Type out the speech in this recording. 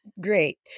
great